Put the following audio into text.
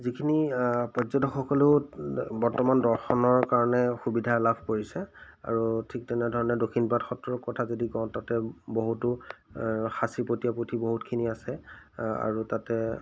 যিখিনি পৰ্যটকসকলেও বৰ্তমান দৰ্শনৰ কাৰণে সুবিধা লাভ কৰিছে আৰু ঠিক তেনেধৰণে দক্ষিণপাট সত্ৰৰ কথা যদি কওঁ তাতে বহুতো সাঁচিপটীয়া পুঠি বহুতখিনি আছে আৰু তাতে